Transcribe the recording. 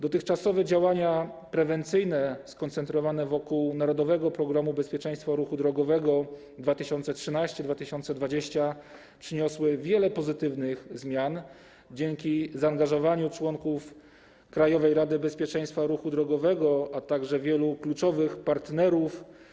Dotychczasowe działania prewencyjne skoncentrowane wokół „Narodowego programu bezpieczeństwa ruchu drogowego 2013-2020” przyniosły wiele pozytywnych zmian dzięki zaangażowaniu członków Krajowej Rady Bezpieczeństwa Ruchu Drogowego, a także wielu kluczowych partnerów.